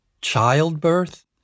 childbirth